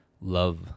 love